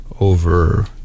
over